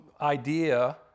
idea